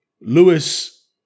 Lewis